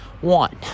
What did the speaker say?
One